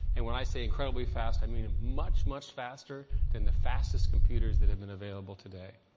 and when i say incredibly fast, i mean much, much faster than the fastest computers that have been available today.